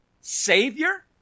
Savior